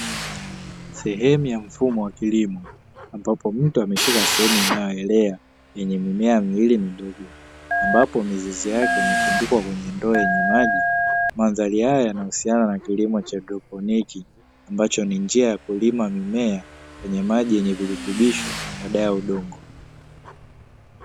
Sehemu ya mfumo wa kilimo ambapo mtu ameshika sehemu inayoelea ikiwa na mimea miwili midogo, ambapo mizizi yake imetundikwa kwenye ndoo yenye maji, mandhari haya yanahusiana na kilimo cha haidroponi ambacho ni njia ya kulima mimea kwenye maji yenye virutubisho badala ya udongo.